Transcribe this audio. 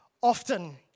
often